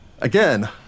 again